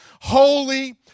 Holy